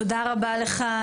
תודה רבה לך,